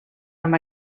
amb